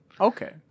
Okay